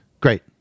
Great